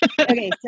Okay